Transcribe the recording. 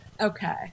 Okay